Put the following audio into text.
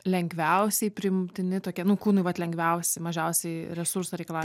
lengviausiai priimtini tokie nu kūnui vat lengviausi mažiausiai resursų reikalauja